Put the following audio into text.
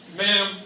ma'am